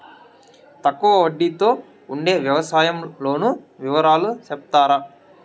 తక్కువ వడ్డీ తో ఉండే వ్యవసాయం లోను వివరాలు సెప్తారా?